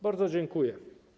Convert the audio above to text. Bardzo dziękuję.